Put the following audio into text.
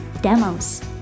demos